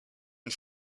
une